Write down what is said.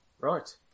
Right